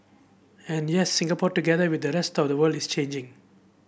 and yes Singapore together with the rest of the world is changing